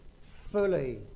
fully